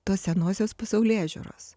tos senosios pasaulėžiūros